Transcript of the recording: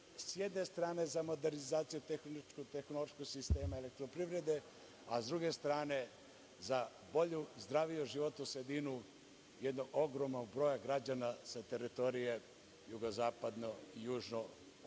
s jedne strane za modernizaciju tehničko-tehnološkog sistema „Elektroprivrede“, a s druge strane za bolju, zdraviju životnu sredinu jednog ogromnog broja građana sa teritorije jugozapadno i južno od